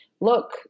look